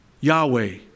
Yahweh